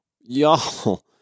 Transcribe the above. y'all